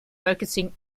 focusing